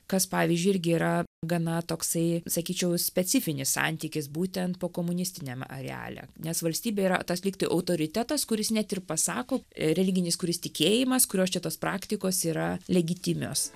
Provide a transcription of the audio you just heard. kas pavyzdžiui irgi yra gana toksai sakyčiau specifinis santykis būtent pokomunistiniam areale nes valstybė yra tas lygtai autoritetas kuris net ir pasako religinis kuris tikėjimas kurios čia tos praktikos yra legitimios